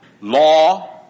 law